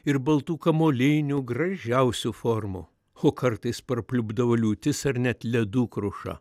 ir baltų kamuolinių gražiausių formų o kartais prapliupdavo liūtis ar net ledų kruša